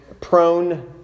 prone